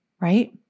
right